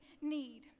need